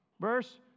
Verse